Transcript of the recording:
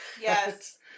Yes